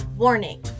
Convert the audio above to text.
Warning